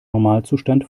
normalzustand